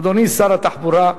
אדוני שר התחבורה,